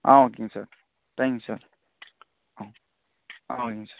ஆ ஓகேங்க sir thank you sir ஆ ஆ ஓகேங்க சார்